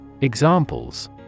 Examples